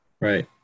Right